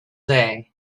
day